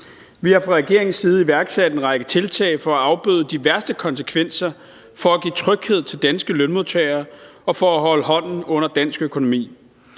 Vi har fra regeringens side iværksat en række tiltag for at afbøde de værste konsekvenser for at give tryghed til danske lønmodtagere og for at holde hånden under dansk økonomi.